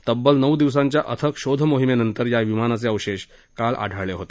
तब्बल नऊ दिवसांच्या अथक शोध मोहिमेनंतर या विमानाचे अवशेष काल आढळून आले होते